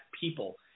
people